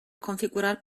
configurar